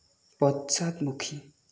পশ্চাদমুখী